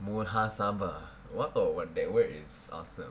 muhasabah !wow! what that word is awesome